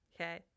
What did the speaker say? okay